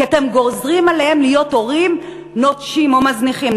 כי אתם גוזרים עליהם להיות הורים נוטשים או מזניחים.